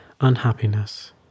unhappiness